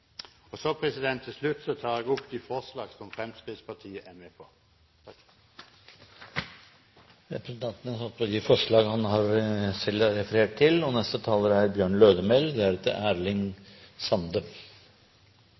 Til slutt tar jeg opp de forslag som Fremskrittspartiet er med på. Representanten Henning Skumsvoll har tatt opp de forslag han refererte til. Saka om motorferdsle i utmark har vore ein gjengangar i Stortinget ved fleire høve dei siste åra. Dette er